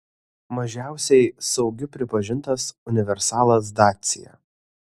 mažiausiai saugiu pripažintas universalas dacia